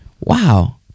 wow